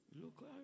look